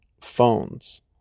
phones